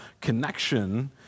connection